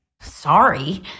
Sorry